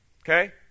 Okay